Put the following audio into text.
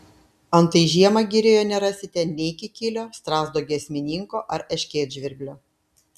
antai žiemą girioje nerasite nei kikilio strazdo giesmininko ar erškėtžvirblio